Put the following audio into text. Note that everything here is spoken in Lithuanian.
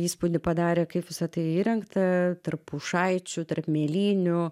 įspūdį padarė kaip visa tai įrengta tarp pušaičių tarp mėlynių